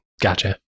Gotcha